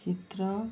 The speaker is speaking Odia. ଚିତ୍ର